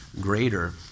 greater